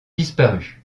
disparu